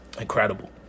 incredible